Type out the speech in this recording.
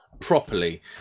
properly